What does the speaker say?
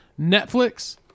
Netflix